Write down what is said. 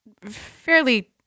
fairly